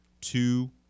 Two